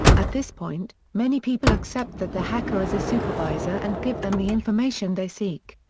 at this point, many people accept that the hacker is a supervisor and give them the information they seek.